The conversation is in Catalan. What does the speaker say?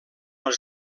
els